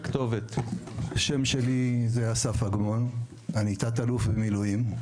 אני תת-אלוף במילואים,